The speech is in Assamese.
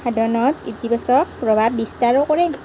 সাধনত ইতিবাচক প্ৰভাৱ বিস্তাৰো কৰে